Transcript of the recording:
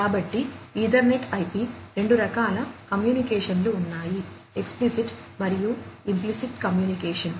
కాబట్టి ఈథర్నెట్ ఐపిలో రెండు రకాల కమ్యూనికేషన్లు ఉన్నాయి ఎక్సప్లిసిట్ కమ్యూనికేషన్